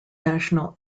national